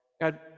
God